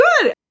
good